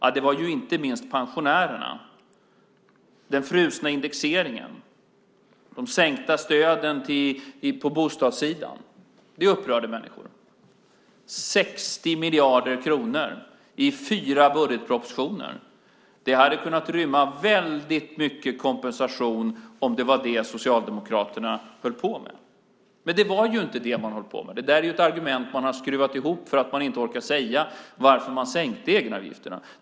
Det gällde inte minst pensionärerna, den frysta indexeringen och de sänkta stöden på bostadssidan. Detta upprörde människor. Det var 60 miljarder kronor i fyra budgetpropositioner. Detta hade kunnat rymma väldigt mycket kompensation, om det varit det Socialdemokraterna hållit på med. Men det var inte det man höll på med. Det är ett argument man har skruvat ihop för att man inte orkar säga varför man sänkte egenavgifterna.